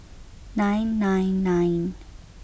nine nine nine